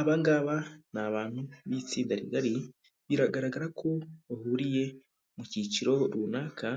Aba ngaba ni abantu b'itsinda rigari biragaragara ko bahuriye mu cyiciro runaka,